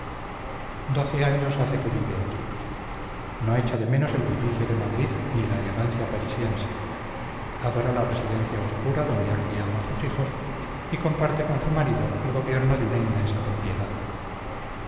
doce años hace que vive aquí no echa de menos el bullicio de madrid ni la elegancia parisiense adora la residencia obscura donde ha criado a sus hijos y comparte con su marido el gobierno de una inmensa propiedad